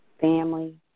family